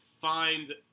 find